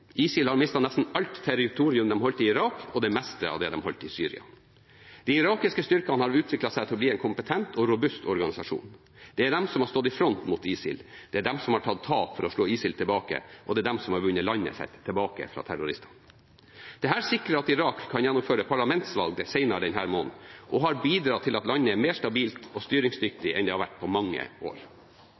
ISIL har mistet nesten alt territorium de holdt i Irak, og det meste av det de holdt i Syria. De irakiske styrkene har utviklet seg til å bli en kompetent og robust organisasjon. Det er de som har stått i front mot ISIL, det er de som har tatt tap for å slå ISIL tilbake, og det er de som har vunnet landet sitt tilbake fra terroristene. Dette sikrer at Irak kan gjennomføre parlamentsvalg senere denne måneden, og har bidratt til at landet er mer stabilt og styringsdyktig enn det har vært på mange år.